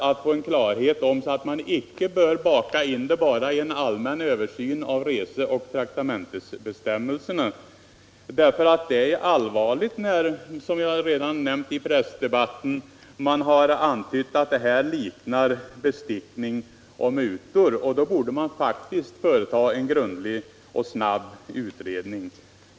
Därför bör man inte baka in en sådan utredning i en allmän översyn av reseoch traktamentbestämmelserna. Det är allvarligt — jag har redan nämnt det — att det i pressdebatten har antytts att det här liknar bestickning och mutor. Då borde man faktiskt företa en grundlig och snabb utredning.